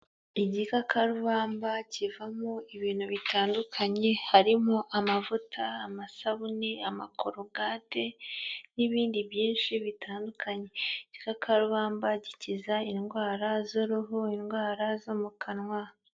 igikakarubamba kivamo ibintu bitandukanye harimo amavuta amasabune amakorogate n'ibindi byinshi bitandukanye igikakarubamba gikiza indwara z'uruhu indwara zo mu kanwa